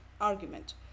argument